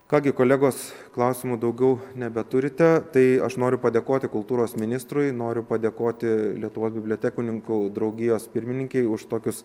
ką gi kolegos klausimų daugiau nebeturite tai aš noriu padėkoti kultūros ministrui noriu padėkoti lietuvos bibliotekininkų draugijos pirmininkei už tokius